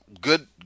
good